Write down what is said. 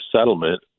settlement